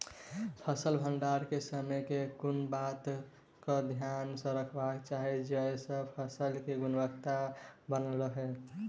फसल भण्डारण केँ समय केँ कुन बात कऽ ध्यान मे रखबाक चाहि जयसँ फसल केँ गुणवता बनल रहै?